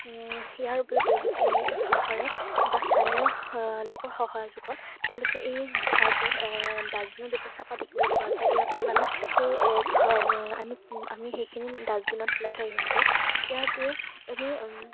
ইয়াৰ উপৰিও তেওঁলোকে চৰকাৰ বা স্থানীয় লোকৰ সহায় সহযোগত তেওঁলোকে এই ঠাইবোৰত ডাষ্টবিনৰ ব্যৱস্থা কৰা দেখিবলৈ পোৱা যায় ইয়াৰ ফলত আমি সেই ঘৰ আমি আমি সেইখিনি ডাষ্টবিনত পেলাই থৈ আহিব পাৰোঁ ইয়াৰ উপৰিও আমি